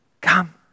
come